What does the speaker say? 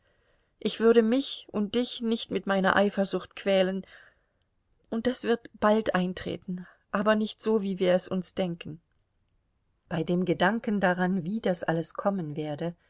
ich würde mich und dich nicht mit meiner eifersucht quälen und das wird bald eintreten aber nicht so wie wir es uns denken bei dem gedanken daran wie das alles kommen werde